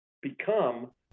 become